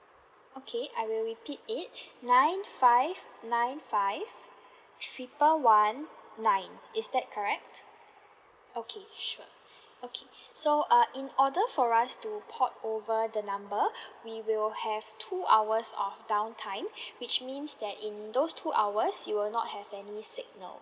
okay I will repeat it nine five nine five triple one nine is that correct okay sure okay so uh in order for us to port over the number we will have two hours of downtime which means that in those two hours you will not have any signal